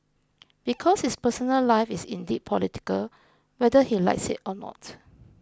because his personal life is indeed political whether he likes it or not